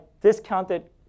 discounted